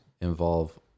involve